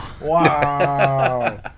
wow